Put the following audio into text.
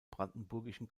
brandenburgischen